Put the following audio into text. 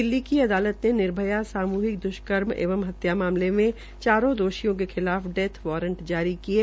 दिल्ली की अदालत ने निर्भया सामूहिक द्वष्कर्म एवं हत्या मामले में चारों दोषियों के खिलाफ डेथ वारंट जारी किये